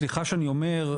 סליחה שאני אומר,